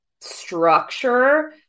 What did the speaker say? structure